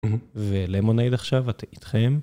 ולמונייד עכשיו, אתם איתכם?